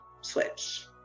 switch